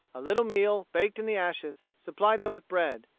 a little meal, baked in the ashes, supplied them with bread.